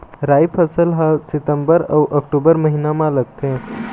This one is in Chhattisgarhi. राई फसल हा सितंबर अऊ अक्टूबर महीना मा लगथे